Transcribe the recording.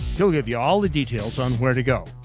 he'll give you all the details on where to go.